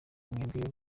mwebwe